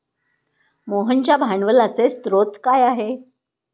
मोहनच्या भांडवलाचे स्रोत काय आहे?